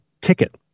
ticket